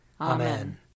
Amen